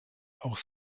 auch